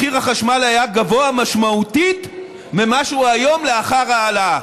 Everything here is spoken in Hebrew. מחיר החשמל היה גבוה משמעותית ממה שהוא היום לאחר ההעלאה.